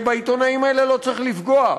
ובעיתונאים האלה לא צריך לפגוע,